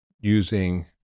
using